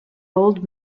old